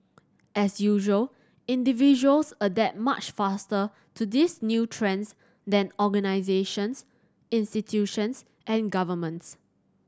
as usual individuals adapt much faster to these new trends than organisations institutions and governments